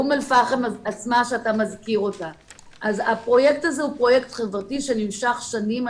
הפרויקט הזה הוא פרויקט חברתי שנמשך שנים.